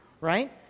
right